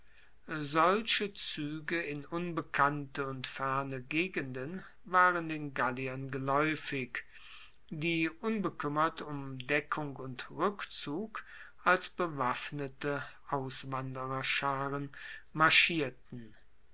solche zuege in unbekannte und ferne gegenden waren den galliern gelaeufig die unbekuemmert um deckung und rueckzug als bewaffnete auswandererscharen marschierten